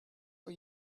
for